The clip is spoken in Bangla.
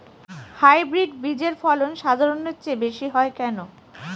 হাইব্রিড বীজের ফলন সাধারণের চেয়ে বেশী হয় কেনো?